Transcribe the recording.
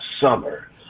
summer